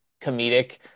comedic